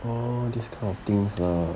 oh this kind of things lah